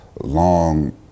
long